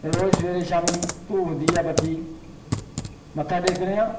रोज सवेरे शाम्मीं धूफ़ दीया बत्ती मत्था टेकने आं